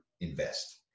invest